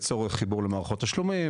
לצורך חיבור למערכות התשלומים,